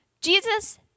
Jesus